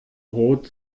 brot